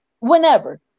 Whenever